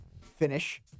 finish